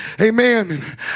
Amen